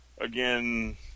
again